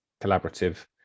collaborative